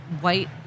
white